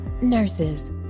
nurses